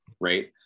right